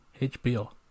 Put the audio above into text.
HBO